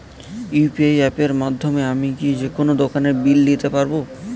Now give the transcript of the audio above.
UPI অ্যাপের মাধ্যমে আমি কি যেকোনো দোকানের বিল দিতে পারবো?